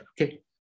Okay